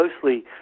closely